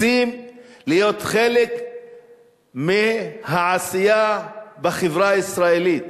רוצים להיות חלק מהעשייה בחברה הישראלית,